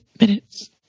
minutes